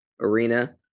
arena